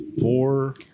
four